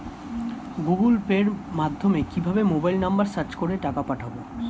Google পের মাধ্যমে কিভাবে মোবাইল নাম্বার সার্চ করে টাকা পাঠাবো?